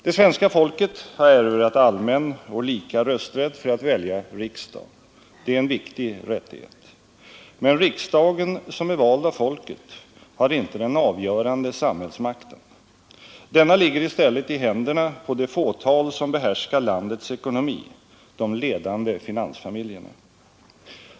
Det svenska folket har erövrat allmän och lika rösträtt för att välja riksdag. Det är en viktig rättighet. Men riksdagen, som är vald av folket, har inte den avgörande samhällsmakten. Denna ligger i stället i händerna på det fåtal som behärskar landets ekonomi — de ledande finansfamiljerna.